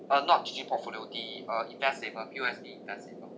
uh not digi-portfolio the uh invest saver P_O_S_B invest saver